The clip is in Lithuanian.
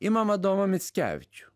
imam adomą mickevičių